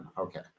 Okay